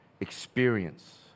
experience